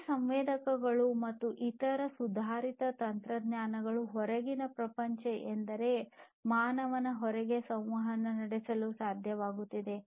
ಈ ಸಂವೇದಕಗಳು ಮತ್ತು ಇತರ ಸುಧಾರಿತ ತಂತ್ರಜ್ಞಾನಗಳು ಹೊರಗಿನ ಪ್ರಪಂಚ ಎಂದರೆ ಮಾನವರ ಹೊರಗೆ ಸಂವಹನ ನಡೆಸಲು ಸಾಧ್ಯವಾಗುತ್ತದೆ